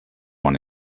one